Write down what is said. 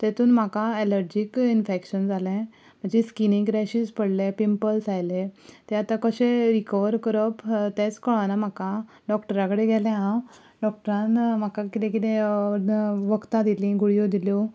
तेतून म्हाका allergic infection जालें म्हज्या स्किनीक रॅशीस पडले पिंपल्स आयले तें आतां कशें रिकवर करप तेंच कळना म्हाका डॉक्टरा कडेन गेलें हांव डॉक्टरान म्हाका किदें किदें वकदां दिलीं गुळयो दिल्यो